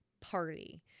party